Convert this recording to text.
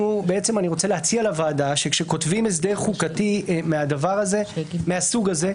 אני רוצה להציע לוועדה שכאשר כותבים הסדר חוקתי מהסוג הזה,